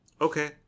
Okay